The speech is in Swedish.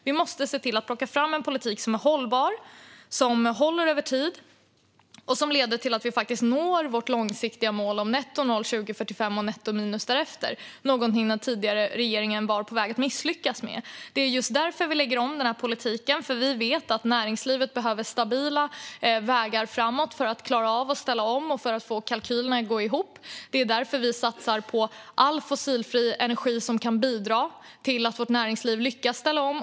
Vi måste plocka fram en politik som är hållbar, som håller över tid och som leder till att vi faktiskt når vårt långsiktiga mål om nettonoll 2045 och nettominus därefter, någonting som den tidigare regeringen var på väg att misslyckas med. Det är just därför vi lägger om politiken, för vi vet att näringslivet behöver stabila vägar framåt för att klara av att ställa om och få kalkylerna att gå ihop. Det är därför vi satsar på all fossilfri energi som kan bidra till att vårt näringsliv lyckas ställa om.